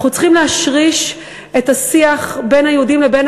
אנחנו צריכים להשריש את השיח בין היהודים לבין